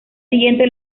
siguiente